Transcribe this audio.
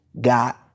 got